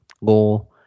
Law